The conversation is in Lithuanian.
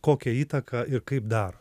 kokią įtaką ir kaip daro